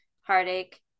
heartache